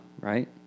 right